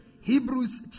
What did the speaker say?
Hebrews